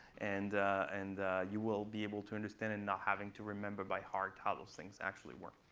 and and you will be able to understand, and not having to remember by heart how those things actually work.